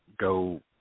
go